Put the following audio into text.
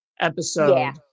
episode